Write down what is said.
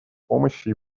помощи